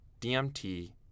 DMT